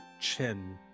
chin